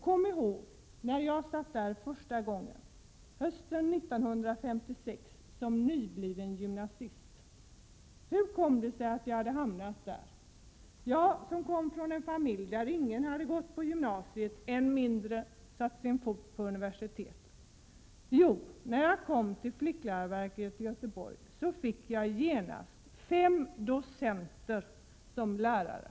Där satt jag också hösten 1956 som nybliven gymnasist. Hur kom det sig att jag befann mig där redan då? I min familj hade ingen gått på gymnasiet, än mindre satt sin fot på universitetet. När jag kom till flickläroverket i Göteborg fick jag genast fem docenter som lärare.